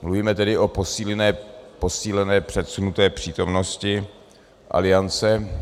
Mluvíme tedy o posílené předsunuté přítomnosti Aliance.